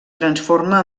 transforma